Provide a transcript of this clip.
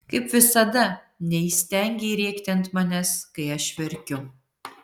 kaip visada neįstengei rėkti ant manęs kai aš verkiu